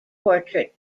portrait